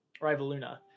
Rivaluna